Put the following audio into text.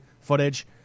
footage